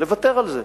לוותר על זה?